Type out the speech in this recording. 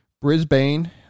Brisbane